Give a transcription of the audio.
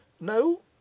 No